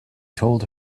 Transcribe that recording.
told